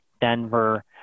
Denver